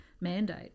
mandate